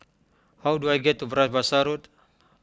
how do I get to Bras Basah Road